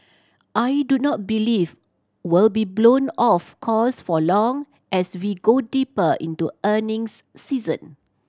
I do not believe will be blown off course for long as we go deeper into earnings season